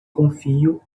confio